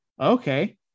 okay